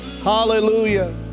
hallelujah